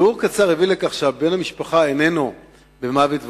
בירור קצר הוביל לכך שבן המשפחה איננו במוות מוחי,